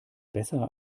besser